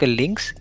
links